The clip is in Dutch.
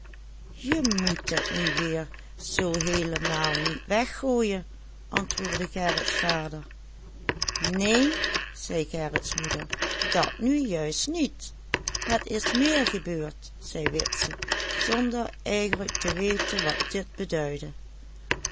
gerrits vader neen zei gerrits moeder dat nu juist niet het is meer gebeurd zei witse zonder eigenlijk te weten wat dit beduidde